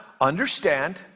understand